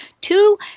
Two